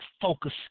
focus